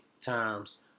times